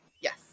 Yes